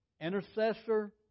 intercessor